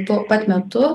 tuo pat metu